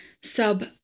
sub